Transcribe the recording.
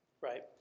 Right